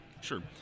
Sure